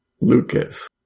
Lucas